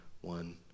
one